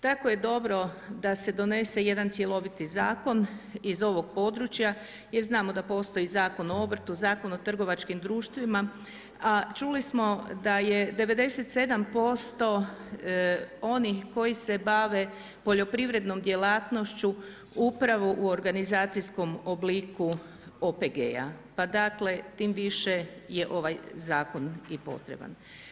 Tako je dobro da se donese jedan cjeloviti zakon iz ovog područja, jer znamo da postoji Zakon o obrtu, Zakon o trgovačkim društvima a čuli smo da je 97% onih koji se bave poljoprivrednom djelatnošću upravo u organizacijskom obliku OPG-a, pa dakle tim više je ovaj zakon i potreban.